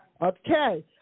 Okay